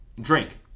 Drink